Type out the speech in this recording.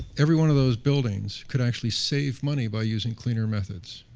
every one of those buildings could actually save money by using cleaner methods.